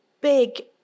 big